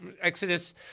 Exodus